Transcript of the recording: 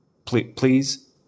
please